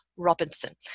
Robinson